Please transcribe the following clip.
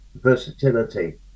versatility